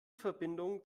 verbindung